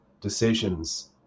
decisions